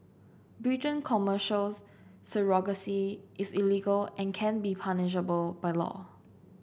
Britain Commercial surrogacy is illegal and can be punishable by law